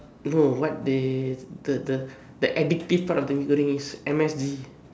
no what they the the that addictive part of the Mee-Goreng is M_S_G